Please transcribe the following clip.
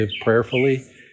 prayerfully